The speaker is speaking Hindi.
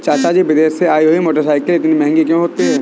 चाचा जी विदेश से आई हुई मोटरसाइकिल इतनी महंगी क्यों होती है?